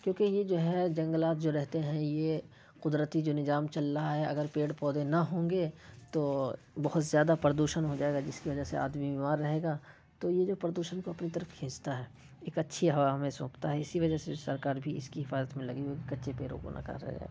کیوں کہ یہ جو ہے جنگلات جو رہتے ہیں یہ قدرتی جو نظام چل رہا ہے اگر پیڑ پودے نہ ہوں گے تو بہت زیادہ پردوشن ہوجائے گا جس کی وجہ سے آدمی بیمار رہے گا تو یہ جو پردوشن کو اپنی طرف کھینچتا ہے ایک اچھی ہوا ہمیں سونپتا ہے اسی وجہ سے سرکار بھی اس کی حفاظت میں لگی ہوئی ہے کچے پیڑ پودوں کو نہ کاٹا جائے